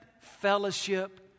fellowship